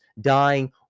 dying